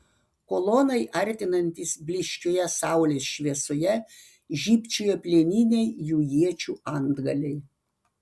kolonai artinantis blyškioje saulės šviesoje žybčiojo plieniniai jų iečių antgaliai